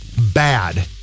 bad